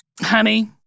honey